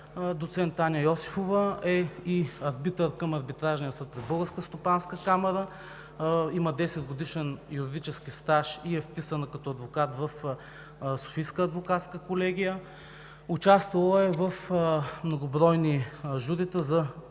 Доцент Таня Йосифова е и арбитър към Арбитражния съд на Българската стопанска камара. Има десетгодишен юридически стаж и е вписана като адвокат в Софийската адвокатска колегия. Участвала е в многобройни журита за